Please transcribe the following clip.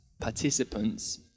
participants